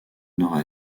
nord